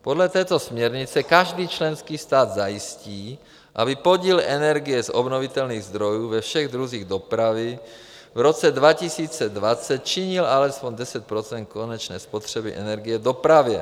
Podle této směrnice každý členský stát zajistí, aby podíl energie z obnovitelných zdrojů ve všech druzích dopravy v roce 2020 činil alespoň 10 % konečné spotřeby energie v dopravě.